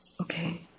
okay